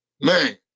man